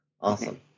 Awesome